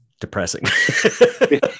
depressing